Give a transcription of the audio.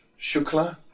Shukla